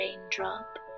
raindrop